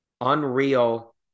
unreal